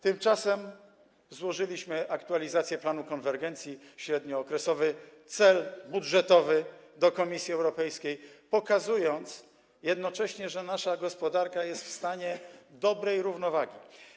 Tymczasem złożyliśmy aktualizację planu konwergencji, średniookresowy cel budżetowy, do Komisji Europejskiej, pokazując jednocześnie, że nasza gospodarka jest w stanie dobrej równowagi.